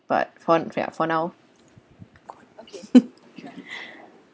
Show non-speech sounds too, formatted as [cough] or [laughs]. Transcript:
but for ya for now [laughs]